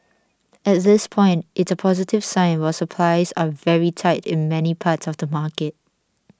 at this point it's a positive sign while supplies are very tight in many parts of the market